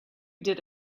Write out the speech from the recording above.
did